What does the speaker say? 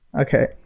Okay